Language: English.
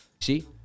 See